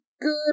good